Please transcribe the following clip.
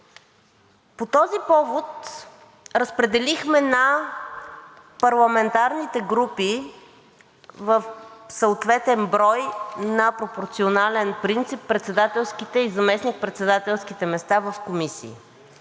По този повод разпределихме на парламентарните групи в съответен брой на пропорционален принцип председателските и заместник-председателските места в комисиите,